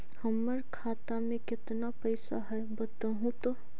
हमर खाता में केतना पैसा है बतहू तो?